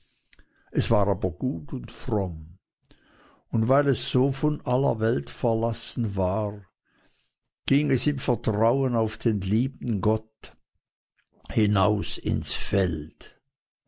es war aber gut und fromm und weil es so von aller welt verlassen war ging es im vertrauen auf den lieben gott hinaus ins feld